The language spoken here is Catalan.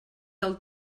del